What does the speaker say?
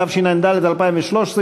התשע"ד 2013,